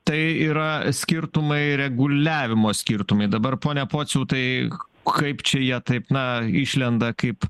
tai yra skirtumai reguliavimo skirtumai dabar pone pociau tai kaip čia jie taip na išlenda kaip